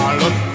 look